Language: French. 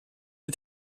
les